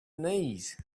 knees